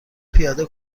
پیاده